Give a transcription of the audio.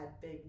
big